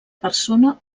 persona